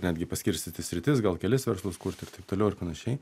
netgi paskirstyti sritis gal kelis verslus kurti ir taip toliau ir panašiai